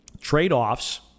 trade-offs